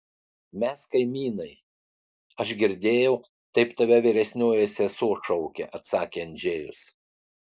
mes kaimynai aš girdėjau taip tave vyresnioji sesuo šaukia atsakė andžejus